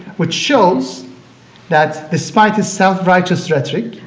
which shows that despite his self-righteous rhetoric,